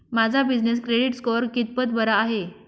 माझा business credit score कितपत बरा आहे?